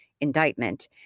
indictment